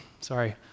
sorry